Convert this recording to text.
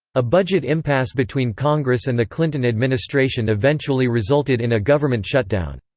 a budget impasse between congress and the clinton administration eventually resulted in a government shutdown.